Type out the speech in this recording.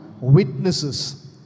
witnesses